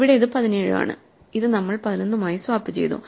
ഇവിടെ ഇത് 17 ആണ് ഇത് നമ്മൾ 11മായി സ്വാപ്പ് ചെയ്തു